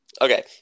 Okay